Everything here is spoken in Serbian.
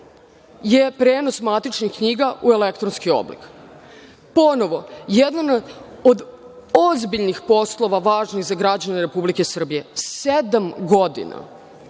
je prenos matičnih knjiga u elektronski oblik. Ponovo, jedan od ozbiljnih poslova važnih za građane Republike Srbije, sedam godina. Rekli